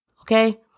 okay